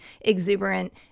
exuberant